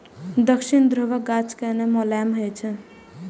दक्षिणी ध्रुवक गाछ कने मोलायम होइ छै